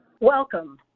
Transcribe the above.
Welcome